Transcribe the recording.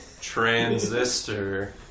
Transistor